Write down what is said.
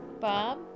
Bob